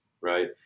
Right